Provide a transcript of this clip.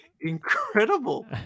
incredible